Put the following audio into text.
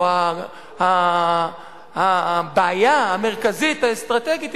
או הבעיה המרכזית האסטרטגית,